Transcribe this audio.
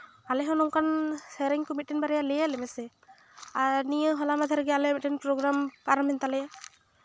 ᱟᱞᱮᱦᱚᱸ ᱱᱚᱝᱠᱟᱱ ᱥᱮᱨᱮᱧ ᱠᱚ ᱢᱤᱫᱴᱟᱱ ᱵᱟᱨᱭᱟ ᱞᱟᱹᱭᱟᱞᱮ ᱢᱮᱥᱮ ᱟᱨ ᱱᱤᱭᱟᱹ ᱦᱚᱞᱟ ᱢᱟᱱᱫᱷᱮᱨ ᱜᱮ ᱟᱞᱮ ᱢᱤᱫᱴᱮᱱ ᱯᱨᱳᱜᱨᱟᱢ ᱯᱟᱨᱚᱢᱮᱱ ᱛᱟᱞᱮᱭᱟ